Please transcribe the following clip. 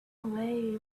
away